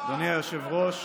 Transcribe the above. אדוני היושב-ראש,